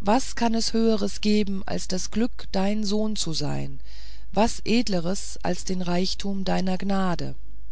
was kann es höheres geben als das glück dein sohn zu sein was edleres als den reichtum deiner gnade